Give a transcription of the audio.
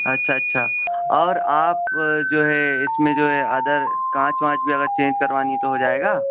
اچھا اچھا اور آپ جو ہے اس میں جو ہے ادر کانچ وانچ بھی اگر چینج کروانی ہے تو ہو جائے گا